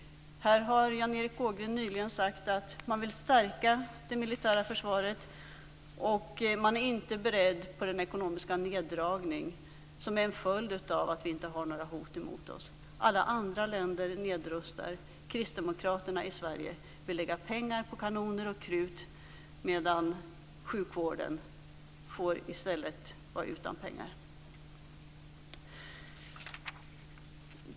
Här har Jan Erik Ågren nyligen sagt att han vill stärka det militära försvaret och att han inte är beredd på den ekonomiska neddragning som är en följd av att det inte finns några hot mot oss. Alla andra länder nedrustar, kristdemokraterna i Sverige vill lägga pengar på kanoner och krut och sjukvården får vara utan pengar.